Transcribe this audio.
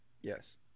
Yes